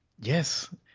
Yes